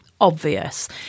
obvious